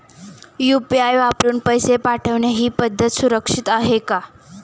UPI वापरून पैसे पाठवणे ही पद्धत सुरक्षित आहे का?